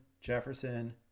Jefferson